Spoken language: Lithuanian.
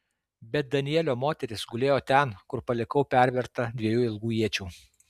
bet danielio moteris gulėjo ten kur palikau perverta dviejų ilgų iečių